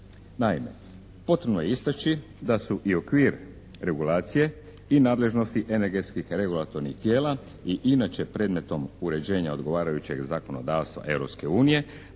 Naime, potrebno je istaći da su i okvir regulacije i nadležnosti energetskih regulatornih tijela i inače predmetom uređenja odgovarajućeg zakonodavstva